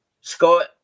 Scott